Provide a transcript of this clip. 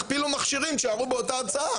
תכפילו מכשירים תישארו באותה ההוצאה.